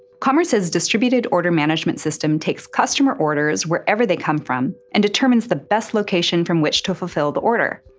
commerce's distributed order management system takes customer orders wherever they come from and determines the best location from which to fulfill the order.